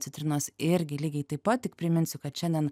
citrinos irgi lygiai taip pat tik priminsiu kad šiandien